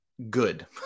good